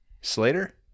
Slater